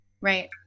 Right